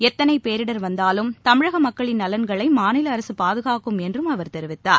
எத்தனைபேரிடர் வந்தாலும் தமிழகமக்களின் நலன்களைமாநிலஅரசுபாதுகாக்கும் என்றும் அவர் தெரிவித்தார்